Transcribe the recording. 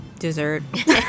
Dessert